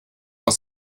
aus